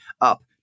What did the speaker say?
up